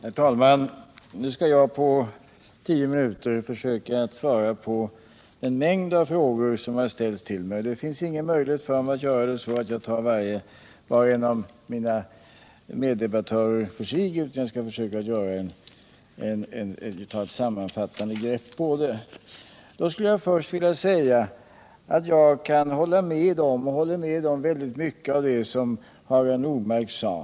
Nr 46 Herr talman! Nu skall jag på tio minuter försöka svara på en mängd frågor som har ställts till mig. Det finns ingen möjlighet för mig att ta var och en av mina meddebattörer för sig, utan jag skall försöka göra =. en sammanfattning. Om SJ:s stycke Jag kan hålla med om mycket av det som Hagar Normark sade.